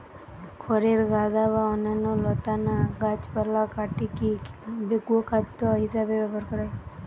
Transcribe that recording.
খড়ের গাদা বা অন্যান্য লতানা গাছপালা কাটিকি গোখাদ্য হিসেবে ব্যবহার করা হয়